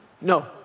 No